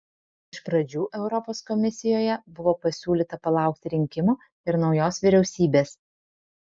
iš pradžių europos komisijoje buvo pasiūlyta palaukti rinkimų ir naujos vyriausybės